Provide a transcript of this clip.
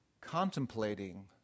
contemplating